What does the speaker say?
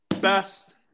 best